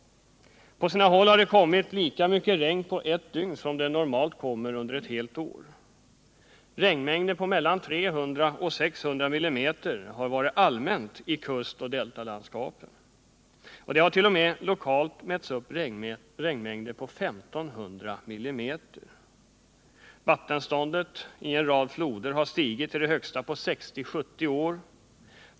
På sina håll har det kommit lika mycket regn på ett dygn som det normalt kommer under ett helt år. Regnmängder på mellan 300 och 600 mm har varit allmänna i kustoch deltalandskapen. Det hart.o.m. lokalt mätts upp regnmängder på 1 500 mm. Vattenståndet i en rad floder har stigit till det högsta på 60-70 år.